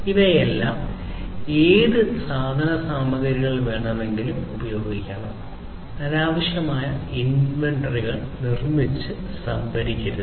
ഇവയെല്ലാം ഏത് സാധനസാമഗ്രികൾ വേണമെങ്കിലും ഉപയോഗിക്കണം അനാവശ്യമായ ഇൻവെന്ററികൾ നിർമ്മിച്ച് സംഭരിക്കരുത്